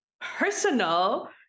personal